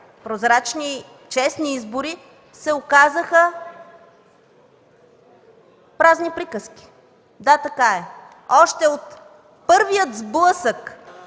прозрачни и честни избори, се оказаха празни приказки. Да, така е. Още от първия сблъсък